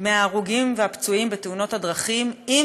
מההרוגים והפצועים בתאונות הדרכים אם